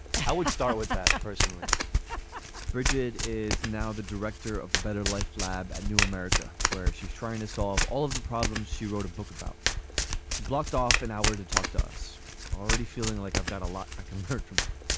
how would start with that. personally brigid is now the director of the better life lab a new america where she's trying to solve all of the problems she wrote a book about she blocked off an hour to talk to us already feeling like i've got a lot i can learn from her.